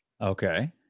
Okay